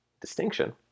distinction